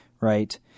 right